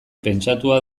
pentsatua